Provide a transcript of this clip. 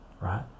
right